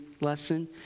lesson